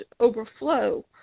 overflow